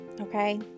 Okay